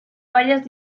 varias